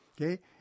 okay